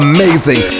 Amazing